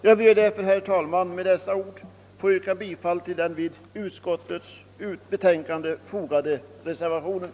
Jag ber med dessa ord, herr talman, att få yrka bifall till den vid utskottets betänkande fogade reservationen.